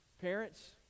Parents